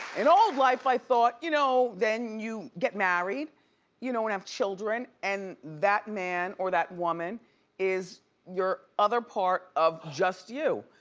in old life, i thought you know then you get married you know and have children, and that man or that woman is your other part of just you.